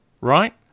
right